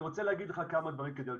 אני רוצה להגיד לך כמה דברים כדלקמן,